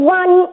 one